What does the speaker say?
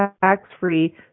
tax-free